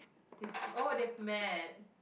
his oh that mate